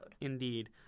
Indeed